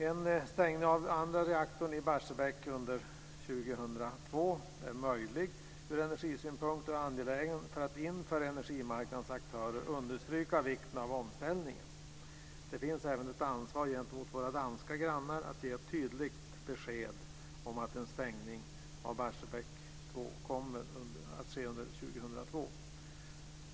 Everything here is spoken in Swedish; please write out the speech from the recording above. En stängning av den andra reaktorn i Barsebäck under 2002 är möjlig ur energisynpunkt och angelägen för att inför energimarknadens aktörer understryka vikten av omställningen. Det finns även ett ansvar gentemot våra danska grannar att ge ett tydligt besked om ett en stängning av Barsebäck 2 kommer att ske under 2002.